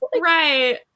right